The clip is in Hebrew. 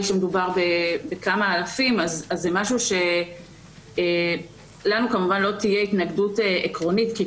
שמדובר בכמה אלפים לנו לא תהיה התנגדות עקרונית כי,